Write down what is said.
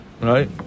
right